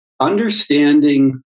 understanding